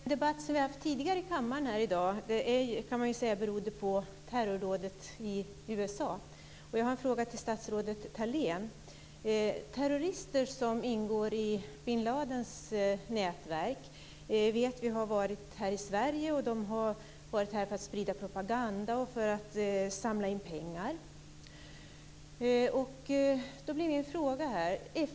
Herr talman! Den debatt som vi hade tidigare i dag i kammaren berodde, kan man säga, på terrordådet i USA. Jag har en fråga till statsrådet Thalén. Vi vet att terrorister som ingår i bin Ladins nätverk har varit här i Sverige. De har varit här för att sprida propaganda och för att samla in pengar. Då har jag en fråga.